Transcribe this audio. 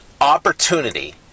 opportunity